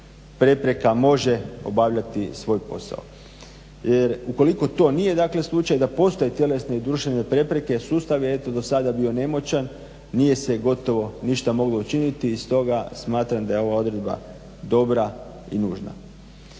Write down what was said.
prepreka može obavljati svoj posao jer ukoliko to nije slučaj da postoje tjelesne i duševne prepreke, sustav je eto do sada bio nemoćan, nije se gotovo ništa moglo učiniti i stoga smatram da je ova odredba dobra i nužna.